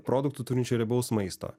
produktų turinčių riebaus maisto